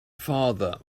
farther